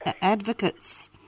advocates